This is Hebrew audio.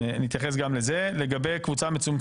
די.